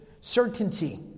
Certainty